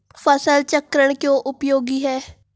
फसल चक्रण क्यों उपयोगी है?